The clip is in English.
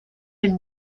and